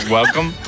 Welcome